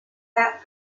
fat